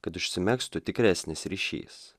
kad užsimegztų tikresnis ryšys